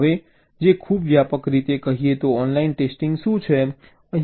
હવે જે ખૂબ વ્યાપક રીતે કહીએ તો ઓનલાઈન ટેસ્ટિંગ શું છે